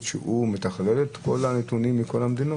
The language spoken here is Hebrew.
שהוא מתכלל את כל הנתונים מכל המדינות?